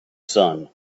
sun